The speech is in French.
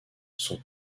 son